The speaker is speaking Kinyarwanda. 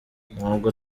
ntabwo